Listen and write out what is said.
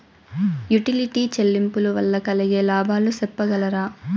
Utility చెల్లింపులు వల్ల కలిగే లాభాలు సెప్పగలరా?